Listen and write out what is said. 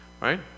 Right